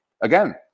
again